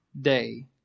day